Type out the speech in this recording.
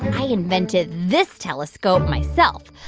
i invented this telescope myself.